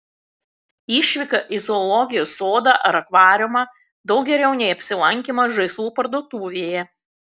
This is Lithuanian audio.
išvyka į zoologijos sodą ar akvariumą daug geriau nei apsilankymas žaislų parduotuvėje